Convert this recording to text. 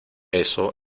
eso